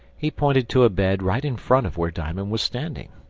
he pointed to a bed right in front of where diamond was standing.